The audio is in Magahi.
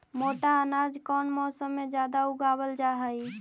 मोटा अनाज कौन मौसम में जादे उगावल जा हई?